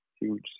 huge